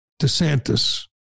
DeSantis